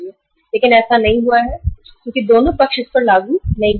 लेकिन ऐसा नहीं हुआ है क्योंकि दोनों पक्ष इसे लागू नहीं कर पा रहे हैं